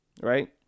right